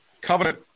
Covenant